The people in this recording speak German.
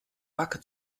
backe